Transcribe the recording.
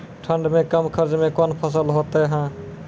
ठंड मे कम खर्च मे कौन फसल होते हैं?